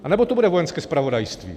Anebo to bude Vojenské zpravodajství?